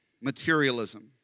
materialism